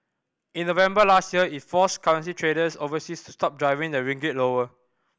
in November last year it forced currency traders overseas to stop driving the ringgit lower